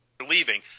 Leaving